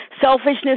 selfishness